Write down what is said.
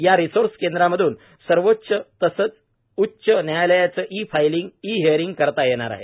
या रिसोर्स केंद्रामधून सर्वोच्च तसेच उच्च न्यायालयाचे ई फाईलिंग ई हिअरिंग करता येणार आहे